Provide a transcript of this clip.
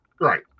Right